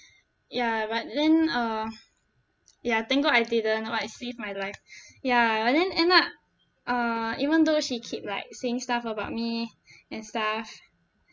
ya but then uh ya thank god I didn't !wah! it saved my life ya but then end up uh even though she keep like saying stuff about me and stuff